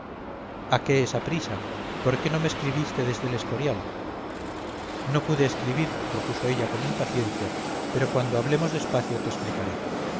a qué esa prisa por qué no me escribiste desde el escorial no pude escribir repuso ella con impaciencia pero cuando hablemos despacio te explicaré